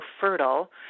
fertile